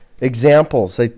examples